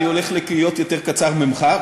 אני הולך להיות יותר קצר ממך,